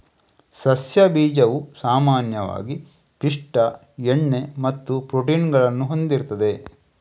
ಸಸ್ಯ ಬೀಜವು ಸಾಮಾನ್ಯವಾಗಿ ಪಿಷ್ಟ, ಎಣ್ಣೆ ಮತ್ತು ಪ್ರೋಟೀನ್ ಗಳನ್ನ ಹೊಂದಿರ್ತದೆ